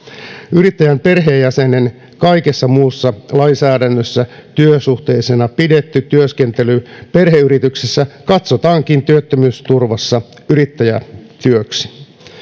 yrittäjän perheenjäsenen kaikessa muussa lainsäädännössä työsuhteisena pidetty työskentely perheyrityksessä katsotaankin työttömyysturvassa yrittäjätyöksi